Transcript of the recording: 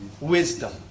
Wisdom